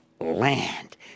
land